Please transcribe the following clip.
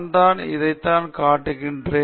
நான் தான் இதைத்தான் காட்டுகிறேன்